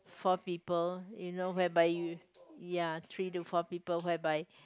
four people you know whereby you ya three to four people whereby